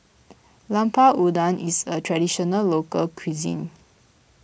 Lemper Udang is a Traditional Local Cuisine